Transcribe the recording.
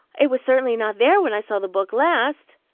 it was certainly not there when i saw the book last.